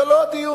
זה לא הדיון,